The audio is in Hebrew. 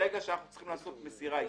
ברגע שאנחנו צריכים לעשות מסירה אישית,